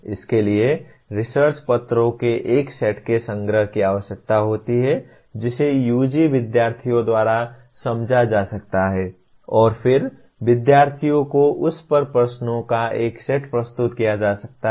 इसके लिए रिसर्च पत्रों के एक सेट के संग्रह की आवश्यकता होती है जिसे UG विद्यार्थियों द्वारा समझा जा सकता है और फिर विद्यार्थियों को उस पर प्रश्नों का एक सेट प्रस्तुत किया जा सकता है